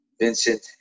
Vincent